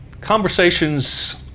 Conversations